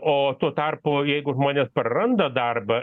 o tuo tarpu jeigu žmonės praranda darbą